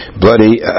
Bloody